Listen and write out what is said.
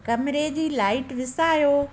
कमिरे जी लाइट विसायो